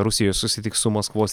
rusijoje susitiks su maskvos